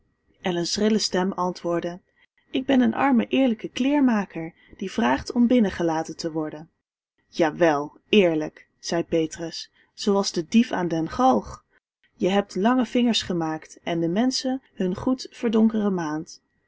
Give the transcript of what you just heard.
en een schrille stem antwoordde ik ben een arme eerlijke kleermaker die vraagt om binnen gelaten te worden jawel eerlijk zei petrus zooals de dief aan den galg je hebt lange vingers gemaakt en de menschen hun goed verdonkeremaand